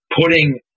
putting